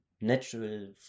natural